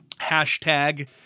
hashtag